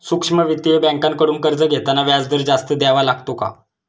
सूक्ष्म वित्तीय बँकांकडून कर्ज घेताना व्याजदर जास्त द्यावा लागतो का?